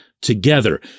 together